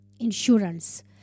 insurance